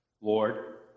Lord